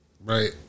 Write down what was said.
Right